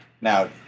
Now